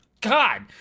God